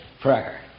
prayer